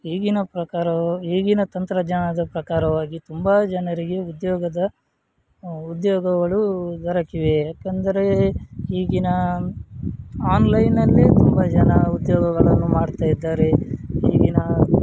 ಈಗಿನ ಪ್ರಕಾರವು ಈಗಿನ ತಂತ್ರಜ್ಞಾನದ ಪ್ರಕಾರವಾಗಿ ತುಂಬ ಜನರಿಗೆ ಉದ್ಯೋಗದ ಉದ್ಯೋಗಗಳು ದೊರಕಿವೆ ಏಕಂದ್ರೆ ಈಗಿನ ಆನ್ಲೈನಲ್ಲೇ ತುಂಬ ಜನ ಉದ್ಯೋಗಗಳನ್ನು ಮಾಡ್ತಾ ಇದ್ದಾರೆ ಈಗಿನ